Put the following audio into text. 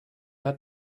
hat